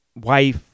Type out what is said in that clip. wife